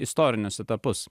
istorinius etapus